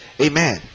Amen